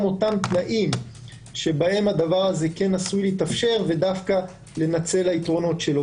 התנאים שבהם הדבר הזה כן עשוי להתאפשר ודווקא לנצל את יתרונותיו.